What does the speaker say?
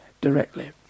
directly